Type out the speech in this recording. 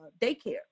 daycare